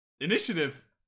Initiative